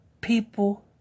people